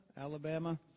Alabama